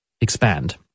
expand